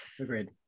Agreed